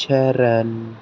Charan